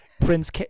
prince